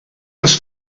ens